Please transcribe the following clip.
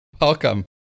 Welcome